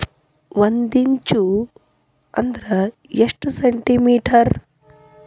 ಒಂದಿಂಚು ಅಂದ್ರ ಎಷ್ಟು ಸೆಂಟಿಮೇಟರ್?